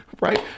right